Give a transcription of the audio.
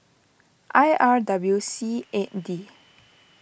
I R W C eight D